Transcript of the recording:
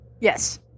Yes